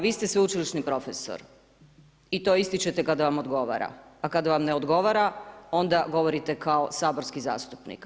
Vi ste sveučilišni profesor i to ističete kada vam odgovara, a kada vam ne odgovara onda govorite kao saborski zastupnik.